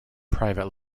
private